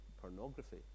pornography